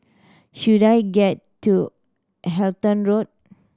should I get to Halton Road